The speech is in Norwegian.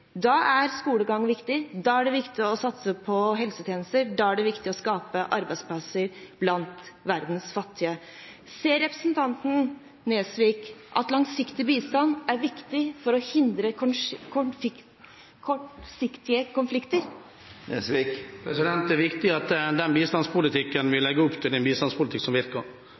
Da er skolegang viktig, da er det viktig å satse på helsetjenester, da er det viktig å skape arbeidsplasser blant verdens fattige. Ser representanten Nesvik at langsiktig bistand er viktig for å hindre kortsiktige konflikter? Det er viktig at den bistandspolitikken vi